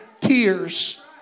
tears